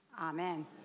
Amen